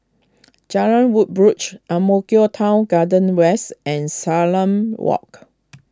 Jalan Woodbridge Ang Mo Kio Town Garden West and Salam Walk